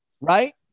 right